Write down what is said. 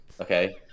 okay